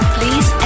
Please